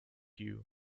you